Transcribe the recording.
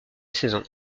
saison